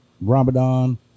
Ramadan